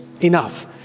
enough